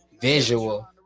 Visual